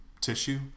tissue